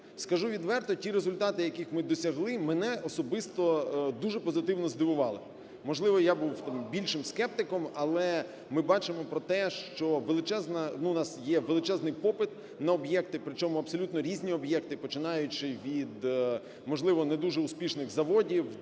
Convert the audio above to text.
Скажу відверто, ті результати, яких ми досягли, мене особисто дуже позитивно здивували, можливо, я був більшим скептиком. Але ми бачимо про те, що величезна, у нас є величезний попит на об'єкти, причому абсолютно різні об'єкти, починаючи від, можливо, не дуже успішних заводів,